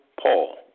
Paul